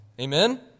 Amen